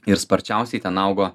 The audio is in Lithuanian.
ir sparčiausiai ten augo